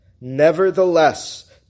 Nevertheless